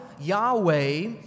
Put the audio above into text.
Yahweh